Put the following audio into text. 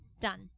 Done